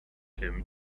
him